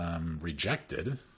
rejected